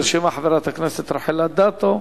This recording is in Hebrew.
נרשמה חברת הכנסת רחל אדטו,